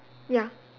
ya